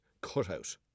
cutout